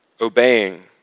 obeying